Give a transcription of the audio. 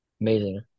Amazing